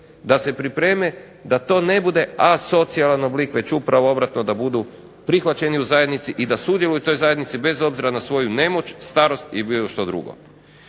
da se pripreme da to ne bude asocijalan oblik, već upravo obratno da budu prihvaćeni u zajednici i da sudjeluju u toj zajednici bez obzira na svoju nemoć, starost i bilo što drugo.